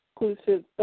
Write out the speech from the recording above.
exclusive